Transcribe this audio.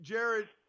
Jared